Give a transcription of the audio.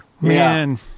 man